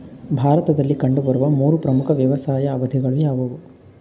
ಭಾರತದಲ್ಲಿ ಕಂಡುಬರುವ ಮೂರು ಪ್ರಮುಖ ವ್ಯವಸಾಯದ ಅವಧಿಗಳು ಯಾವುವು?